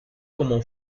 cómo